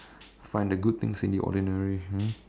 find the good things in the ordinary ah